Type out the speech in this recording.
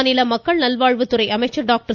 மாநில மக்கள் நல்வாழ்வுத்துறை அமைச்சர் டாக்டர்